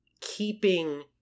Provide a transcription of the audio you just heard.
keeping